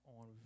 on